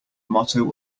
motto